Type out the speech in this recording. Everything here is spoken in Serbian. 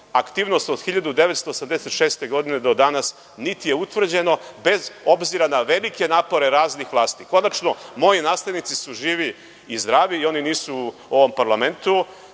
aktivnost od 1986. godine do danas, niti je utvrđeno, bez obzira na velike napore raznih vlasti. Konačno, moji naslednici su živi i zdravi, nisu u ovom parlamentu,